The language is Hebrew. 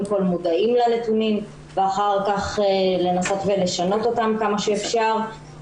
כל מודעים לנתונים ואחר כך לנסות ולשנות אותם כמה שאפשר.